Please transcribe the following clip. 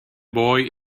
boy